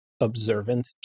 observant